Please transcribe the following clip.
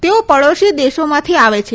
તેઓ પડોશી દેશોમાંથી આવે છે